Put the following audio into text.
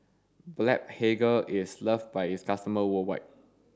Blephagel is loved by its customers worldwide